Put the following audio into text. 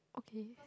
okay